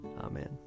Amen